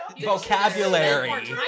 vocabulary